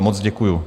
Moc děkuju.